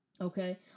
Okay